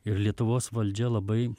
ir lietuvos valdžia labai